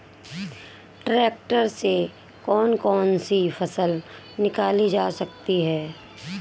Tractor से कौन कौनसी फसल निकाली जा सकती हैं?